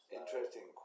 Interesting